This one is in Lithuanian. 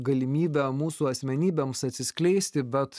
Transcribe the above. galimybę mūsų asmenybėms atsiskleisti bet